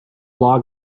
log